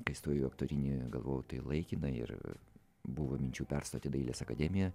kai stojau į aktorinį galvojau tai laikinai ir buvo minčių perstot į dailės akademiją